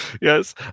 Yes